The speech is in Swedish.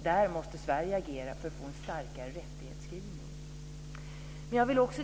Sverige måste agera för att få en starkare skrivning om rättigheterna.